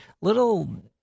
little